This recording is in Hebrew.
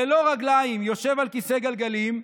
ללא רגליים, יושב על כיסא גלגלים,